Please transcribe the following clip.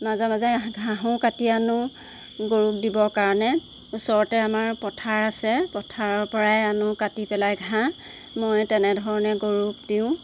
মাজে মাজে ঘাঁহো কাটি আনো গৰুক দিবৰ কাৰণে ওচৰতে আমাৰ পথাৰ আছে পথাৰৰ পৰাই আনো কাটি পেলাই ঘাঁহ মই তেনেধৰণে গৰুক দিওঁ